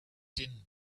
din